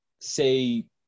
say